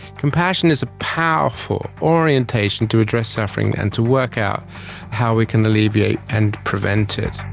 compassion is a powerful orientation to address suffering and to work out how we can alleviate and prevent it.